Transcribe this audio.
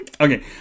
Okay